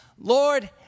Lord